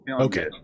Okay